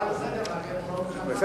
מזמן הצעה לסדר-היום וכנראה שהוא שכח.